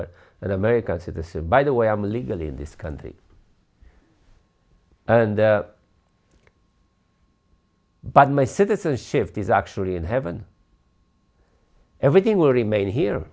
are an american citizen by the way i'm legal in this country and but my citizenship is actually in heaven everything will remain here